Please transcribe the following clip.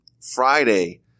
Friday